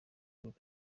group